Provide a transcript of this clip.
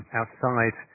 outside